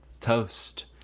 toast